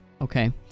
Okay